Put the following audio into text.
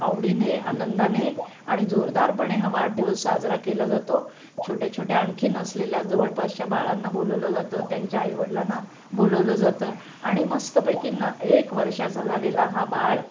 आवडीने आनंदाने आणि जोरदारपणे हा वाढदिवस साजरा केला जातो छोट्या छोट्या आणखी असलेल्या जवळपासच्या बाळांना बोलवलं जातं त्यांच्या आईवडलांना बोलवलं जातं आणि मस्तपैकी न एक वर्षाचा झालेला हा बाळ